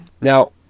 Now